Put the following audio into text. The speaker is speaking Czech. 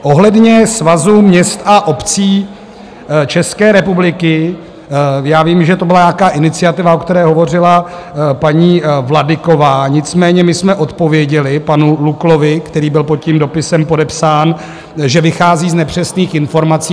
Ohledně Svazu měst a obcí České republiky já vím, že to byla nějaká iniciativa, o které hovořila paní Vladyková, nicméně jsme odpověděli panu Luklovi, který byl pod tím dopisem podepsán, že vychází z nepřesných informací.